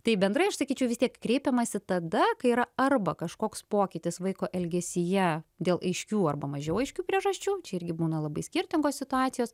tai bendrai aš sakyčiau vis tiek kreipiamasi tada kai yra arba kažkoks pokytis vaiko elgesyje dėl aiškių arba mažiau aiškių priežasčių čia irgi būna labai skirtingos situacijos